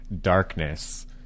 darkness